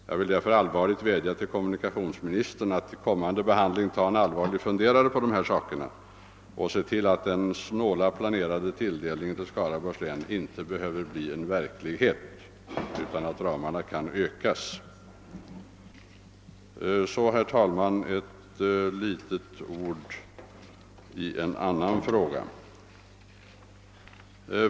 Jag vill därför allvarligt vädja till kommunikationsministern att vid frågans behandling ta en allvarlig funderare på dessa saker och se till att den katastrofsnålt planerade tilldelningen till Skaraborgs län inte behöver bli verklighet utan att ramarna kan ökas. Så vill jag, herr talman, säga några ord i en annan fråga.